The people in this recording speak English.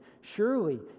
Surely